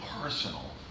personal